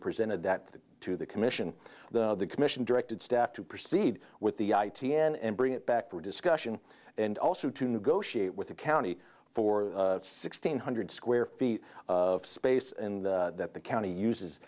presented that to the commission the commission directed staff to proceed with the i t n and bring it back for discussion and also to negotiate with the county for sixteen hundred square feet of space and that the county uses